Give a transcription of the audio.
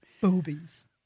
boobies